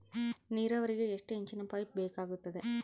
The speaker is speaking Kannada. ನೇರಾವರಿಗೆ ಎಷ್ಟು ಇಂಚಿನ ಪೈಪ್ ಬೇಕಾಗುತ್ತದೆ?